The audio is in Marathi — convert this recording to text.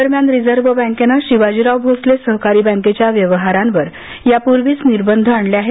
दरम्यान रिझर्व बँकेनं शिवाजीराव भोसले सहकारी बँकेच्या व्यवहारांवर या पूर्वीच निर्बंध आणले आहेत